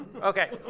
Okay